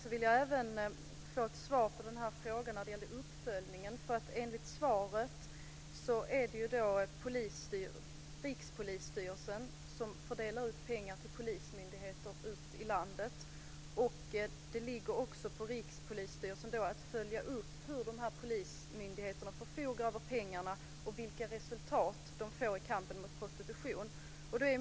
Jag vill även få ett svar på frågan om uppföljningen. Enligt svaret är det Rikspolisstyrelsen som fördelar ut pengar till polismyndigheter i landet. Det ligger också på Rikspolisstyrelsen att följa upp hur polismyndigheterna förfogar över pengarna och vilka resultat de får i kampen mot prostitution.